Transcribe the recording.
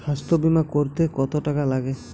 স্বাস্থ্যবীমা করতে কত টাকা লাগে?